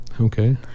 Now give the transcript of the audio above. okay